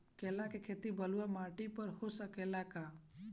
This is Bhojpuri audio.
केला के खेती बलुआ माटी पर हो सकेला का?